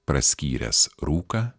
praskyręs rūką